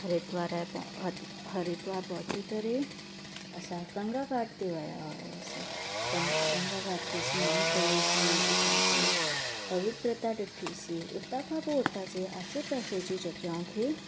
हरिद्वार ऐं हरिद्वार पहुची करे असां गंगा घाट ते विया हुआसीं गंडा गंगा घाट ते सनानु कयोसीं उतां जे पवित्रता ॾिठी सी उतां खां पोइ उतां जी आसे पासे जी जॻहियुनि खे